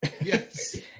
yes